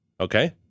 Okay